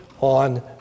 on